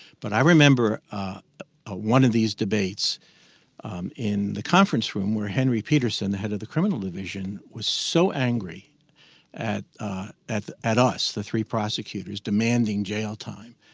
but i remember ah ah one of these debates in the conference room where henry petersen, the head of the criminal division was so angry at at at us, the three prosecutors, demanding jail time,